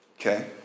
Okay